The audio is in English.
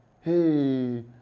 hey